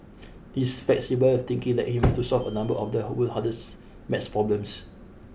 his flexible thinking led him to solve a number of the world's hardest math problems